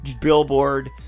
billboard